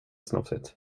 snofsigt